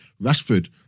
Rashford